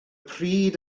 pryd